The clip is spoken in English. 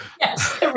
Yes